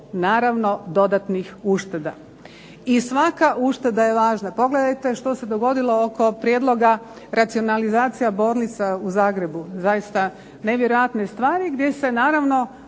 naravno dodatnih ušteda. I svaka ušteda je važna. Pogledajte što se dogodilo oko prijedloga racionalizacija bolnica u Zagrebu. Zaista nevjerojatne stvari gdje se naravno